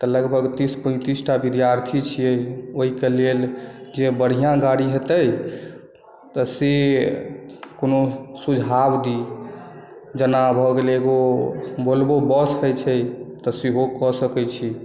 तऽ लगभग तीस पैतीसटा बिद्यार्थी छियै ओहि कऽ लेल जे बढ़िआँ गाड़ी हेतै तऽ से कओनो सुझाव दी जेना भऽ गेलै एगो वोल्वो बस होइत छै तऽ सेहो कऽ सकैत छी